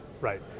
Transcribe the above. Right